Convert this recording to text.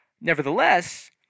nevertheless